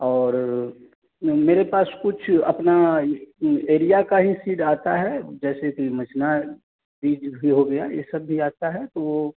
और मेरे पास कुछ अपना एरिया का ही सीड आता है जैसे कि मचना बीज भी हो गया ये सब भी आता है तो